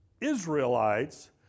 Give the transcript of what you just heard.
Israelites